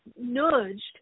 nudged